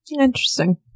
Interesting